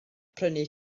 prynu